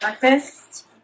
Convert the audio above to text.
breakfast